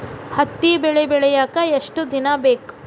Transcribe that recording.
ಹತ್ತಿ ಬೆಳಿ ಬೆಳಿಯಾಕ್ ಎಷ್ಟ ದಿನ ಬೇಕ್?